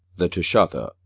the tirshatha,